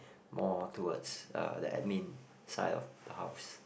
more towards uh the admin side of the house